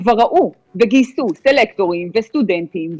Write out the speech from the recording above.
כבר ראו וגייסו סלקטורים וסטודנטים,